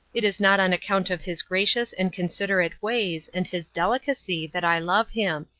it is not on account of his gracious and considerate ways and his delicacy that i love him.